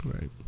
Right